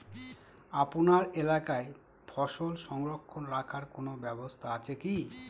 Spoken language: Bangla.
আপনার এলাকায় ফসল সংরক্ষণ রাখার কোন ব্যাবস্থা আছে কি?